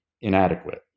inadequate